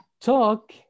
talk